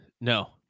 no